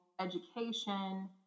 education